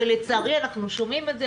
לצערי אנחנו שומעים את זה,